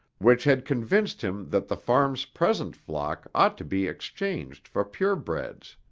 which had convinced him that the farm's present flock ought to be exchanged for purebreds.